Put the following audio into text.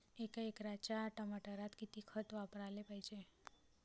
एका एकराच्या टमाटरात किती खत वापराले पायजे?